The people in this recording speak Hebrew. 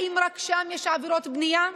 האם רק שם יש עבירות בנייה?